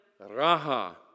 Raha